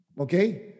Okay